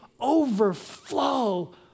overflow